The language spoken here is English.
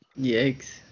Yikes